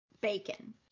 Bacon